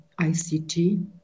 ICT